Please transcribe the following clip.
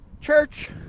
Church